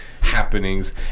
Happenings